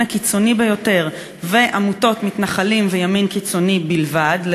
הקיצוני ביותר ועמותות מתנחלים וימין קיצוני בלבד,